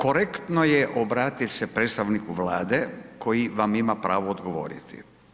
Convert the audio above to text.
Korektno je obratit se predstavniku Vlade koji vam ima pravo odgovoriti.